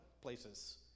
places